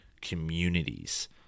communities